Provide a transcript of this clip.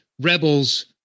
Rebels